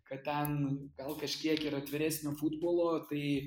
kad ten gal kažkiek yra atviresnio futbolo tai